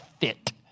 fit